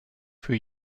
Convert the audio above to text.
für